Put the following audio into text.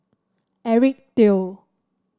Eric Teo